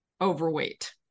overweight